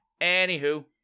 Anywho